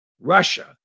Russia